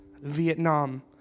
Vietnam